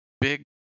big